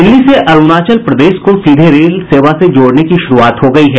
दिल्ली से अरुणाचल प्रदेश को सीधे रेल सेवा से जोड़ने की शुरुआत हो गई है